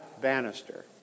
Bannister